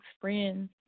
friends